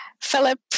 Philip